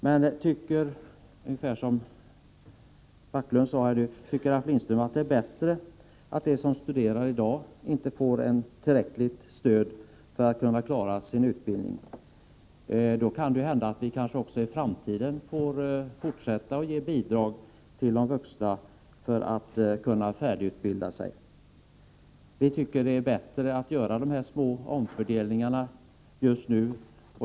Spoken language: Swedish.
Men om Ralf Lindström tycker att det är bättre att de som studerar i dag inte får tillräckligt stöd för att klara sin utbildning, då kan det kanske hända att vi också i framtiden måste ge bidrag till de vuxna för att de skall kunna färdigutbilda sig. Vi tycker att det är bättre att göra de föreslagna små omfördelningarna just nu.